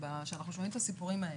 שאנחנו שומעים את הסיפורים האלה.